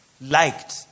liked